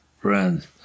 friends